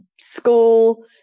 School